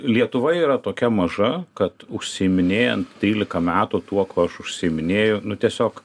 lietuva yra tokia maža kad užsiiminėjant trylika metų tuo kuo aš užsiiminėju nu tiesiog